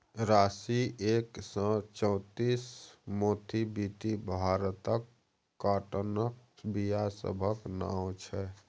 राशी एक सय चौंतीस, मोथीबीटी भारतक काँटनक बीया सभक नाओ छै